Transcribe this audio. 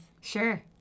sure